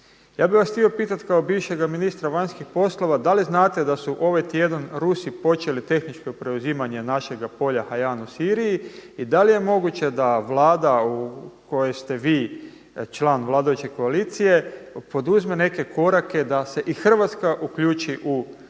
Ja bih vas htio pitati kao bivšega ministra vanjskih poslova da li znate da su ovaj tjedan Rusi počeli tehničko preuzimanja našega polja Hajan u Siriji. I da li je moguće da Vlada u kojoj ste vi član vladajuće koalicije poduzme neke korake da se i Hrvatska uključi u dakle